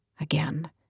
again